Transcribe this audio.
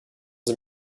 sie